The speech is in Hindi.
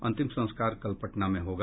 अंतिम संस्कार कल पटना में होगा